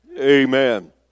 Amen